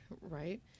Right